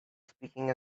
speaking